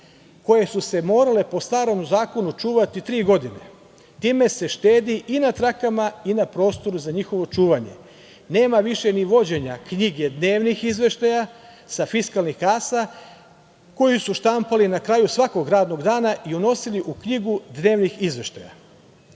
koje su se morale po starom zakonu čuvati tri godine, time se štedi i na trakama i na prostoru za njihovo čuvanje. Nema više ni vođenja knjige dnevnih izveštaja, sa fiskalnih kasa, koji su štampali na kraju svakog radnog dana i unosili u knjigu dnevnih izveštaja. Dobro